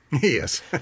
Yes